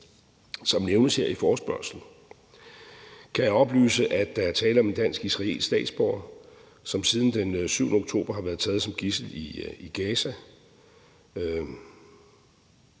som nævnes i forespørgslen, kan jeg oplyse, at der er tale om en dansk-israelsk statsborger, som siden den 7. oktober har været taget som gidsel i Gaza.